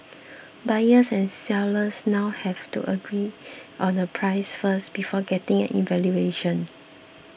buyers and sellers now have to agree on a price first before getting an evaluation